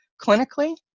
clinically